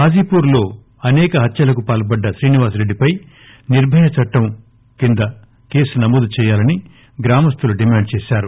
హాజీపూర్లో అసే క హత్యలకు పాల్పడ్డ శ్రీనివాసరెడ్డిపై నిర్బయ చట్టం నమోదు చెయ్యాలని గ్రామస్లులు డిమాండ్ చేశారు